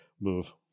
move